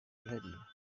yihariye